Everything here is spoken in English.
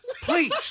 please